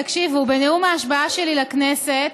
תקשיבו: בנאום ההשבעה שלי לכנסת